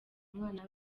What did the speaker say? umwana